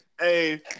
hey